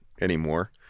anymore